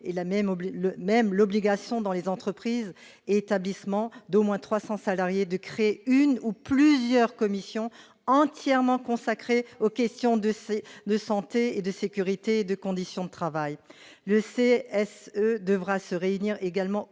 le même l'obligation dans les entreprises, établissements d'au moins 300 salariés de créer. Une ou plusieurs commissions entièrement conçu. Sacré aux questions de ses de santé et de sécurité, de conditions de travail, le fait est-ce devra se réunir également.